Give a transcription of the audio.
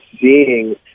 seeing